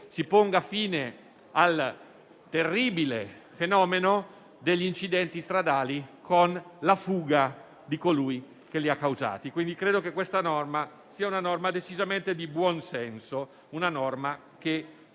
si ponga fine al terribile fenomeno degli incidenti stradali con la fuga di colui che li ha causati. Credo quindi che questa sia una norma decisamente di buonsenso, che